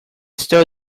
stole